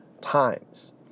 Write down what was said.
times